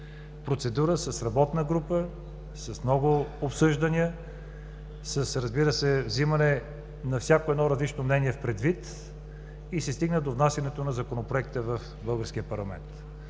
процедура – с работна група, с много обсъждания, разбира се, с вземане на всяко различно мнение предвид, се стигна до внасянето на Законопроекта в българския парламент.